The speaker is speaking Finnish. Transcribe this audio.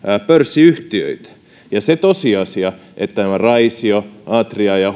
pörssiyhtiöitä ja se tosiasia että raisio atria ja